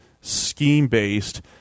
scheme-based